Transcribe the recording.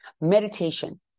Meditation